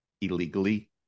illegally